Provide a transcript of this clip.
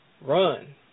run